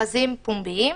מכרזים פומביים.